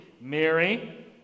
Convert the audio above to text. Mary